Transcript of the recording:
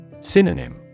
Synonym